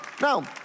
Now